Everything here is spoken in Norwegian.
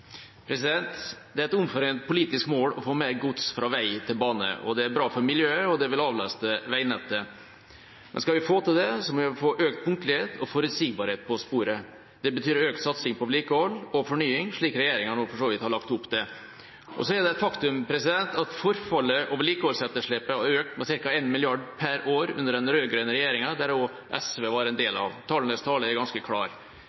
det vil avlaste veinettet. Men skal vi få til dette, må vi få økt punktlighet og forutsigbarhet på sporet. Det betyr økt satsing på vedlikehold og fornying, slik regjeringa nå for så vidt har lagt opp til. Så er det et faktum at forfallet og vedlikeholdsetterslepet har økt med ca. 1 mrd. kr per år under den rød-grønne regjeringa, som også SV var en del av. Tallenes tale er ganske klar.